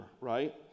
right